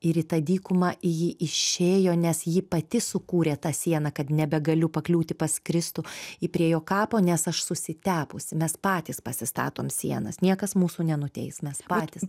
ir į tą dykumą ji išėjo nes ji pati sukūrė tą sieną kad nebegaliu pakliūti pas kristų į prie jo kapo nes aš susitepusi mes patys pasistatom sienas niekas mūsų nenuteis mes patys